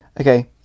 Okay